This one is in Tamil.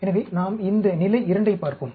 எனவே நாம் இந்த நிலை 2 ஐப் பார்ப்போம்